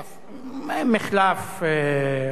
מחלף או כיכר.